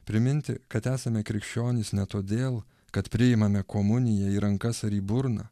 priminti kad esame krikščionys ne todėl kad priimame komuniją į rankas ar į burną